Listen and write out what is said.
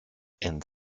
and